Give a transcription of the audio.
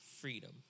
freedom